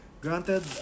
Granted